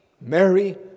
Mary